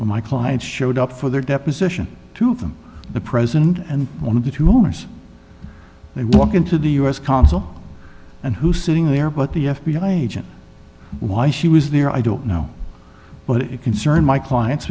where my client showed up for their deposition two of them the president and one of the tumors they walk into the u s consul and who sitting there but the f b i agent why she was there i don't know but it concerned my clients